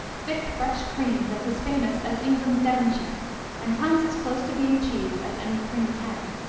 thick fresh cream that's as famous as england's devonshire and comes as close to being cheese as any cream can.